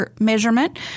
measurement